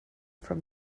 from